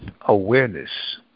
awareness